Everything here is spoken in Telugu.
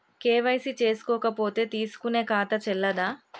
కే.వై.సీ చేసుకోకపోతే తీసుకునే ఖాతా చెల్లదా?